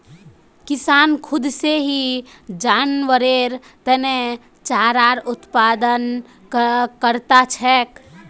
किसान खुद से ही जानवरेर तने चारार उत्पादन करता छे